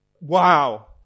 Wow